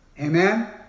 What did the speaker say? Amen